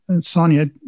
Sonia